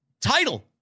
title